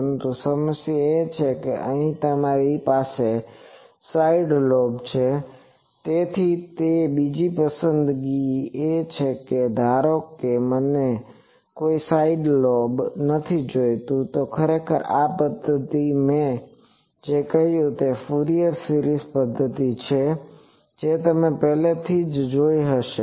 પરંતુ સમસ્યા એ છે કે અહીં તમારી પાસે સાઈડ લૉબ છે તેથી તેથી બીજી પસંદગી એ છે કે ધારો કે મને કોઈ સાઈડ લોબ નથી જોઈતું તો ખરેખર આ પદ્ધતિ મેં જે કહ્યું તેને કૂરિયર સિરીઝ પદ્ધતિ કહે છે જે તમે પહેલેથી જ જોઈ હશે